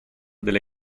delle